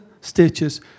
stitches